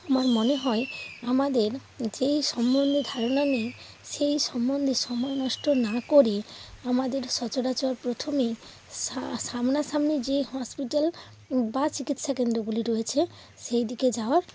আমার মনে হয় আমাদের যেই সম্বন্ধে ধারণা নেই সেই সম্বন্ধে সময় নষ্ট না করে আমাদের সচরাচর প্রথমেই সামনা সামনি যে হসপিটাল বা চিকিৎসা কেন্দ্রগুলি রয়েছে সেই দিকে যাওয়ার